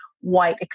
white